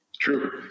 True